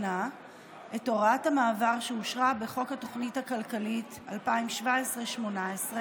את הוראת המעבר שאושרה בחוק התוכנית הכלכלית 2017 ו-2018,